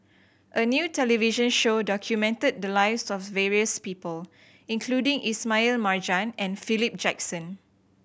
a new television show documented the lives of various people including Ismail Marjan and Philip Jackson